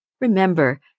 remember